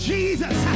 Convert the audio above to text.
Jesus